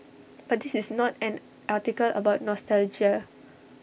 but this is not an article about nostalgia